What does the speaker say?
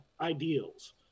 ideals